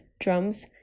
drums